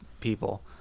people